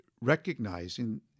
recognizing